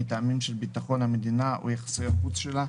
מטעמים של ביטחון המדינה או יחסי החוץ שלה,